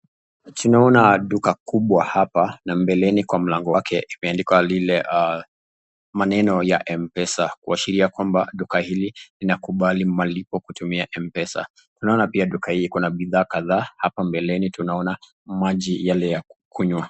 Tunaoana duka kubwa hapa, na mbeleni kwa mlango wake imeandikwa lile maneno ya Mpesa, kuashiria kwamba duka hili linakubali malipo ya kutumia Mpesa. Tunaona pia duka hii pia kuna bidhaa kadhaa, hapa mbeleni tunaona maji yale ya kunywa .